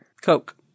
Coke